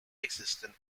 existing